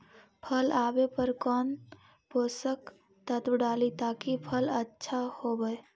फल आबे पर कौन पोषक तत्ब डाली ताकि फल आछा होबे?